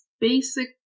basic